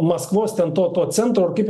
maskvos ten to to centro ar kaip